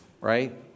right